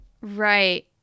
Right